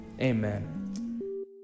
Amen